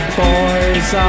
boy's